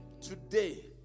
today